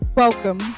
Welcome